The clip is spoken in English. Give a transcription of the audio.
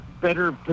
better